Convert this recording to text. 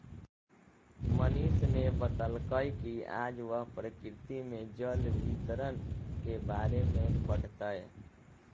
मनीष ने बतल कई कि आज वह प्रकृति में जल वितरण के बारे में पढ़ तय